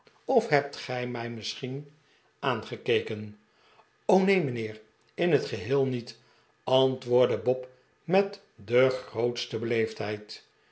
of hebt gij mij misschien aangekeken neen mijnheer in het geheel niet antwoordde bob met de grootste